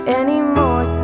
anymore